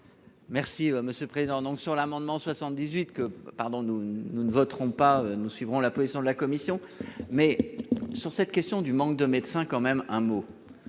Merci Monsieur Président donc sur l'amendement 78 que pardon, nous nous ne voterons pas. Nous suivrons la position de la commission mais sur cette question du manque de médecins quand même un mot.